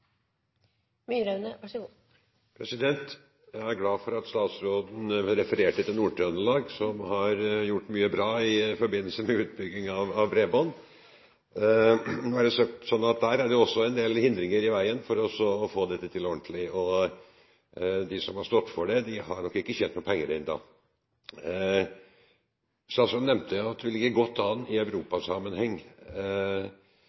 glad for at statsråden refererte til Nord-Trøndelag, som har gjort mye bra i forbindelse med utbygging av bredbånd. Nå er det også slik der at det er en del hindringer i veien for å få dette til ordentlig. De som har stått for dette, har nok ikke tjent penger ennå. Statsråden nevnte at vi ligger godt an i